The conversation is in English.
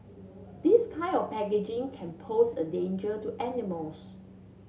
this kind of packaging can pose a danger to animals